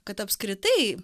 kad apskritai